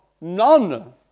None